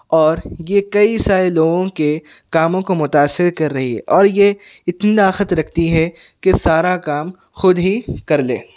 اور یہ کئی سارے لوگوں کے کاموں کو متاثر کر رہی ہے اور یہ اتنی طاقت رکھتی ہے کہ سارا کام خود ہی کر لے